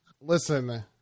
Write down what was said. listen